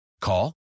Call